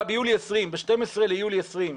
ב-12 ביולי 20',